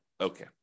Okay